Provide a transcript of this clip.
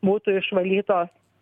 būtų išvalytos